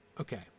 Okay